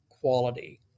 quality